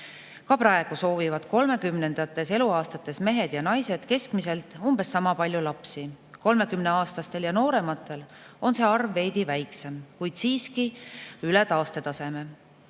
Ka praegu soovivad kolmekümnendates eluaastates mehed ja naised keskmiselt umbes sama palju lapsi. 30‑aastastel ja noorematel on see arv veidi väiksem, kuid siiski üle taastetaseme.